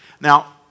Now